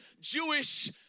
Jewish